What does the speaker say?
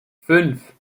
fünf